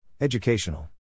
Educational